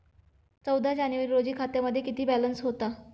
चौदा जानेवारी रोजी खात्यामध्ये किती बॅलन्स होता?